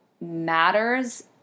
matters